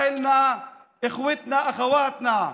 (אומר בערבית: אנשינו, אחינו, אחיותינו.